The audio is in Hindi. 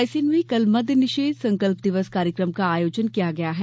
रायसेन में कल मद्य निषेध संकल्प दिवस कार्यक्रम का आयोजन किया गया है